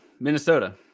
Minnesota